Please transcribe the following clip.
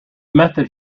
method